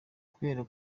kubera